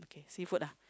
seafood ah